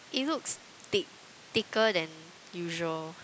it looks thick thicker than usual